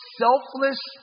selfless